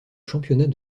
championnat